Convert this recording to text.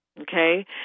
Okay